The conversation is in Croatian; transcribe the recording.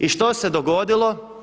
I što se dogodilo?